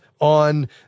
on